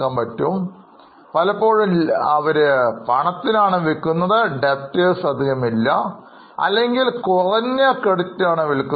അവർ മിക്കതും പണത്തിനാണ് വിൽക്കുന്നത് അല്ലെങ്കിൽ ഏറ്റവും കുറഞ്ഞ ക്രെഡിറ്റ് ലോ വിൽക്കുന്നു